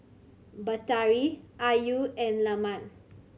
Batari Ayu and Leman